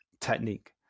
technique